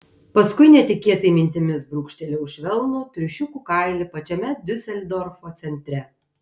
paskui netikėtai mintimis brūkštelėjau švelnų triušiukų kailį pačiame diuseldorfo centre